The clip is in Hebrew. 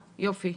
יופי.